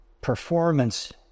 performance